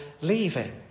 leaving